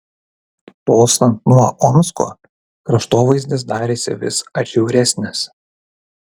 tolstant nuo omsko kraštovaizdis darėsi vis atšiauresnis